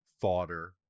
fodder